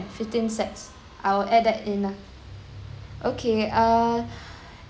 fifteen sets I will add that in ah okay err